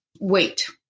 wait